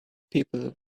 people